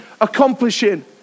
accomplishing